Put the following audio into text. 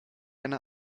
eine